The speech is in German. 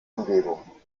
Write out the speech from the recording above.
umgebung